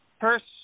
first